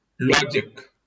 logic